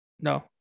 No